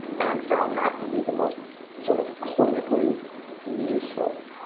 and found that to be the most sort of clinically useful.